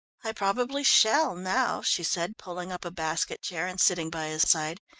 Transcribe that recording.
i probably shall now, she said, pulling up a basket-chair and sitting by his side.